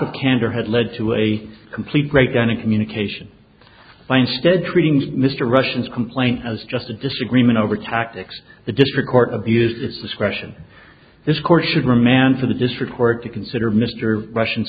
of candor had led to a complete breakdown in communication by instead treating mr russian's complaint as just a disagreement over tactics the district court abused its discretion this court should remand for the district court to consider mr russian